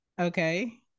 Okay